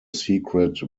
secret